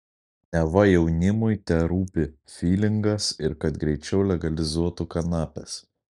neva jaunimui terūpi fylingas ir kad greičiau legalizuotų kanapes